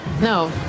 No